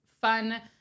fun